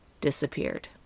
disappeared